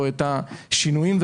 השינויים,